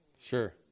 sure